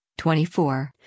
24